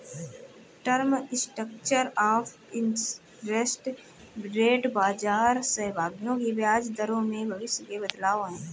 term structure of interest rate बाजार सहभागियों की ब्याज दरों में भविष्य के बदलाव है